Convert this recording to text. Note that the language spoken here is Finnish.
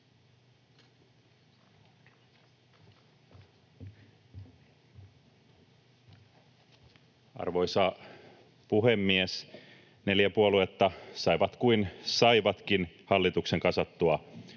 Arvoisa puhemies! Neljä puoluetta saivat kuin saivatkin hallituksen kasattua